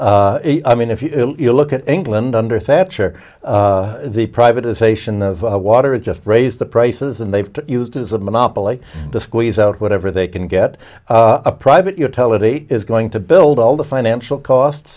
i mean if you look at england under thatcher the privatisation of water it just raised the prices and they've used as a monopoly to squeeze out whatever they can get a private you tell it is going to build all the financial costs